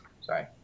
sorry